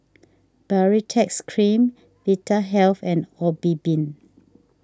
Baritex Cream Vitahealth and Obimin